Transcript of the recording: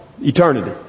eternity